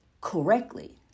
correctly